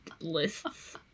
lists